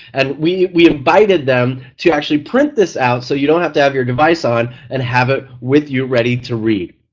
and we we invited them to actually print this out so you don't have to have your device on and have it with you ready to read.